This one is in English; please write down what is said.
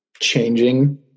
changing